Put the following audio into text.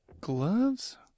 gloves